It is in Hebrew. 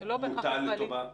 מוטה לטובה ---?